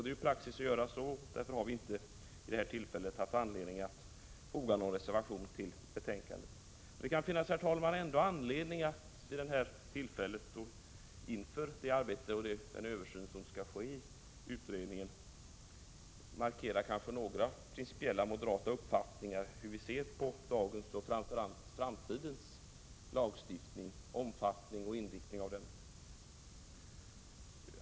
Det är i enlighet med praxis, och därför har vi vid detta tillfälle inte haft anledning att foga någon reservation till betänkandet. Det kan, herr talman, ändå finnas anledning ett inför den översyn som skall ske i utredningen markera några principiella moderata uppfattningar vad gäller dagens lagstiftning och framför allt inriktning och omfattning av framtidens lagstiftning.